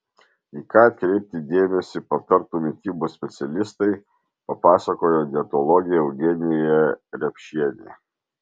į ką atkreipti dėmesį patartų mitybos specialistai papasakojo dietologė eugenija repšienė